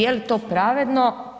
Jeli to pravedno?